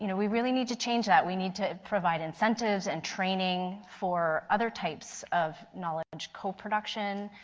you know we really need to change that. we need to provide incentives and training for other types of knowledge coproduction,